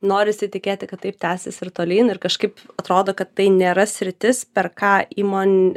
norisi tikėti kad taip tęsis ir tolyn ir kažkaip atrodo kad tai nėra sritis per ką įmon